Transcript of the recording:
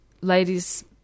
ladies